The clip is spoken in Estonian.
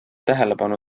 tähelepanu